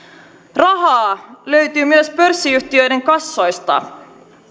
rahaa löytyy myös pörssiyhtiöiden kassoista